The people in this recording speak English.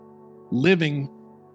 Living